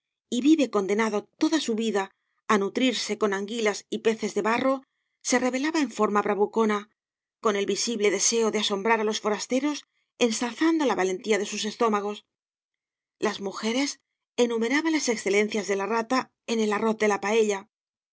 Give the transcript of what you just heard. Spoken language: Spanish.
y vive condenado toda su vida á nutrirse con anguilas y peces de barro se revelaba en forma bravucona con el visible deseo de asombrar á los forasteros ensalzando la valentía de sus estómagos las mujeres enumeraban las excelencias de la rata en el arroz de la paella